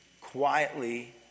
quietly